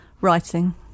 Writing